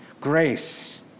Grace